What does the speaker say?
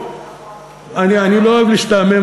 אני לא אוהב להשתעמם,